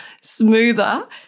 smoother